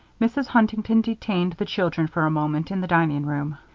mrs. huntington detained the children, for a moment, in the dining-room.